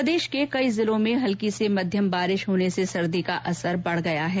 प्रदेश के कई जिलों में हल्की से मध्यम बारिश होने से सर्दी का असर बढ़ गया है